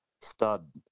stud